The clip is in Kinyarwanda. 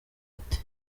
ati